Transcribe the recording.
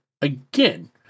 again